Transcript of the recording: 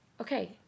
okay